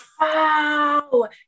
Wow